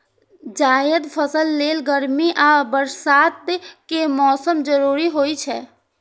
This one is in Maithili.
जायद फसल लेल गर्मी आ बरसात के मौसम जरूरी होइ छै